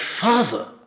Father